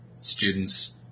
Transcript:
students